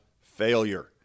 failure